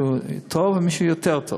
אני בדרך כלל אומר שמישהו טוב ומישהו יותר טוב.